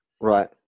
Right